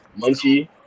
Munchie